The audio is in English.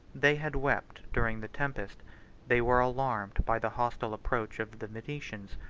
they had wept during the tempest they were alarmed by the hostile approach of the venetians,